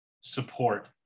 support